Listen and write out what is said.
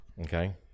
Okay